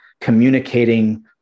communicating